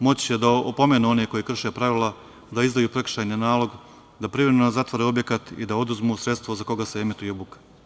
Moći će da opomenu one koji krše pravila, da izdaju prekršajni nalog, da privremeno zatvore objekat i da oduzmu sredstvo sa koga se emituje buka.